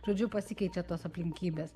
žodžiu pasikeičia tos aplinkybės